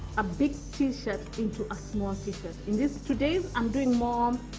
a big t-shirt into a small t-shirt. in this. today's i'm doing more. um